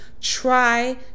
try